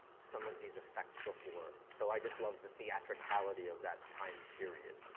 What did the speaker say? some of these effects before. so, i just loved the theatricality of that time period.